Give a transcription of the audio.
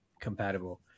compatible